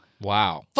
wow